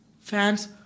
fans